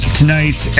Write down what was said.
tonight